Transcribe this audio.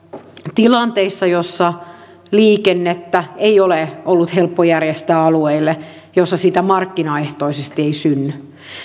tilanteissa joissa liikennettä ei ole ollut helppo järjestää alueille missä sitä markkinaehtoisesti ei synny